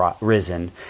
risen